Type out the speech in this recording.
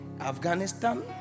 Afghanistan